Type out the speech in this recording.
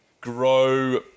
grow